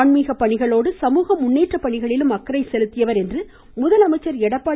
ஆன்மீக பணிகளோடு சமூக முன்னேற்றப்பணிகளிலும் அக்கறை செலுத்தியவர் என்று முதலமைச்சர் எடப்பாடி